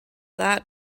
that